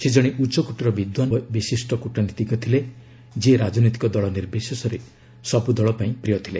ସେ ଜଣେ ଉଚ୍ଚକୋଟୀର ବିଦ୍ୱାନ ଓ ବିଶିଷ୍ଟ କୂଟନୀତିଜ୍ଞ ଥିଲେ ଯିଏ ରାଜନୈତିକ ଦଳ ନିର୍ବିଶେଷରେ ସବୁ ଦଳ ପାଇଁ ପ୍ରିୟ ଥିଲେ